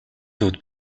төвд